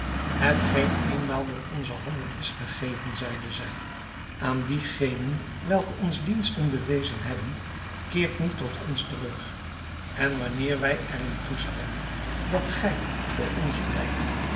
hetgeen eenmaal door onze handen is gegeven zeide zij aan diegenen welke ons diensten bewezen hebben keert niet tot ons terug en wanneer wij er in toestemmen dat gij bij ons blijft